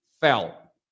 fell